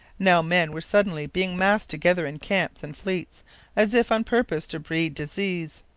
now men were suddenly being massed together in camps and fleets as if on purpose to breed disease.